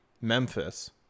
Memphis